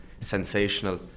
sensational